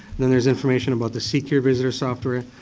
and there's information about the c-care visitor software.